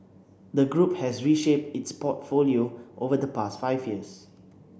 the group has reshaped its portfolio over the past five years